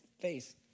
face